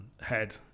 Head